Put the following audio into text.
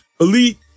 elite